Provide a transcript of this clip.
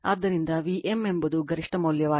ಆದ್ದರಿಂದ v m ಎಂಬುದು ಗರಿಷ್ಠ ಮೌಲ್ಯವಾಗಿದೆ